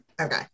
okay